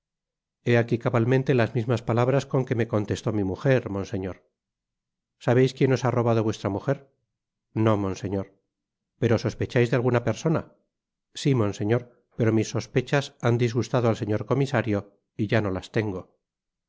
aqui cabalmente las mismas palabras con que me contestó mi mujer monseñor sabeis quien os ha robado vuestra mujer no monseñor pero sospechais de alguna persona si monseñor pero mis sospechas han disgustado al señor comisario y ya no las tengo